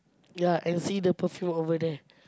ya and see the perfume over there